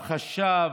חשב,